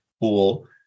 pool